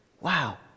Wow